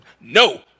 No